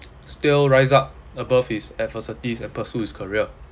still rise up above his adversities and pursue his career